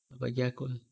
kau bagi aku